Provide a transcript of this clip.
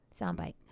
Soundbite